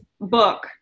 book